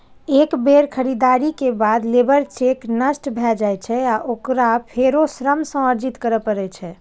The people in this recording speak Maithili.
एक बेर खरीदारी के बाद लेबर चेक नष्ट भए जाइ छै आ ओकरा फेरो श्रम सँ अर्जित करै पड़ै छै